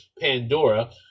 Pandora